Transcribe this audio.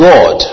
God